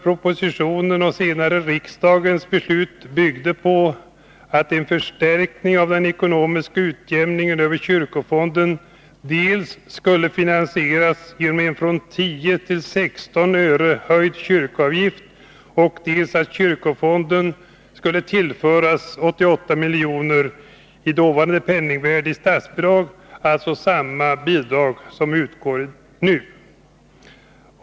Propositionen och senare riksdagens beslut byggde dels på att en förstärkning av den ekonomiska utjämningen över kyrkofonden skulle finansieras genom en från 10 till 16 öre höjd kyrkoavgift, dels på att kyrkofonden skulle tillföras 88 milj.kr. i dåvarande penningvärde i statsbidrag — alltså samma bidrag som nu utgår.